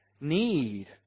need